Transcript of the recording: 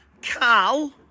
Cal